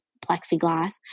plexiglass